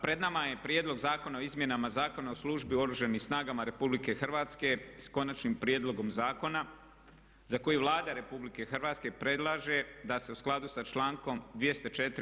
Pred nama je Prijedlog zakona o izmjenama Zakona o službi u Oružanim snagama RH s konačnim prijedlogom zakona za koji Vlada RH predlaže da se u skladu sa člankom 204.